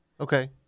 Okay